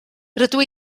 rydw